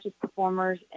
performers